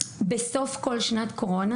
במשך שלוש שנים, בסוף כל שנת קורונה